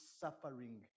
suffering